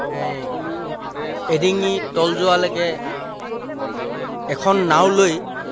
এই এডিঙি তল যোৱালৈকে এখন নাও লৈ